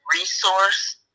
resource